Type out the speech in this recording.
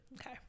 Okay